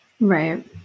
Right